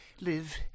live